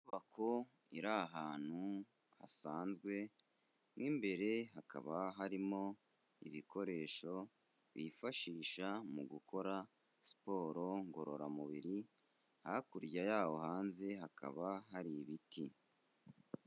Inyubako iri ahantu hasanzwe, mo imbere hakaba harimo ibikoresho bifashisha mu gukora siporo ngororamubiri, hakurya yawo hanze hakaba hari ibiti.